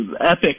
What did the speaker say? epic